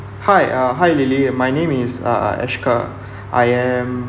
hi uh hi lily my name is uh Ashkar I am